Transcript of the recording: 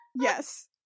Yes